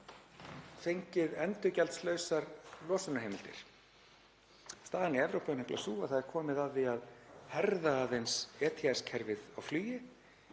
áfram fengið endurgjaldslausar losunarheimildir. Staðan í Evrópu er nefnilega sú að það er komið að því að herða aðeins ETS-kerfið á flugi